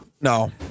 No